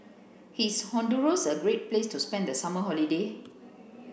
is Honduras a great place to spend the summer holiday